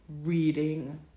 reading